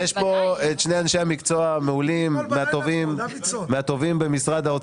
נמצאים כאן שני אנשי מקצוע מעולים מהטובים במשרד האוצר.